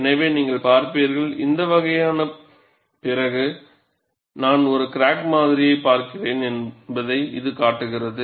எனவே நீங்கள் பார்ப்பீர்கள் இந்த வகையான பிறகு நான் ஒரு கிராக் மாதிரியைப் பார்க்கிறேன் என்பதை இது காட்டுகிறது